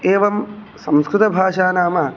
एवं संस्कृताभषा नाम